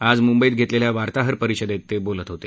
आज मुंबईत घेतलेल्या वार्ताहर परिषदेत ते बोलत होते